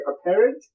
apparent